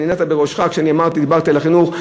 שנענעת בראשך כשדיברתי על החינוך,